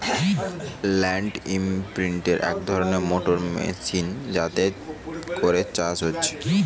land ইমপ্রিন্টের এক ধরণের মোটর মেশিন যাতে করে চাষ হচ্ছে